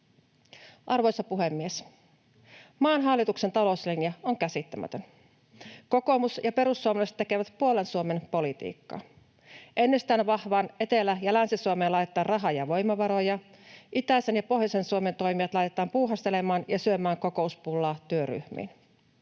Arvoisa puhemies! Maan hallituksen talouslinja on käsittämätön. Kokoomus ja perussuomalaiset tekevät puolen Suomen politiikkaa. Ennestään vahvaan Etelä- ja Länsi-Suomeen laitetaan rahaa ja voimavaroja, itäisen ja pohjoisen Suomen toimijat laitetaan puuhastelemaan ja syömään kokouspullaa työryhmiin.